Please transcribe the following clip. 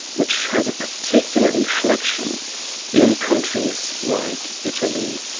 which has a particular inflexion in countries like italy,